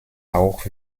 auch